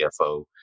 CFO